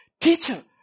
Teacher